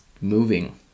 moving